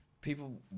people